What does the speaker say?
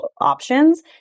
options